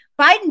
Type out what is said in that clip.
Biden